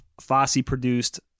Fosse-produced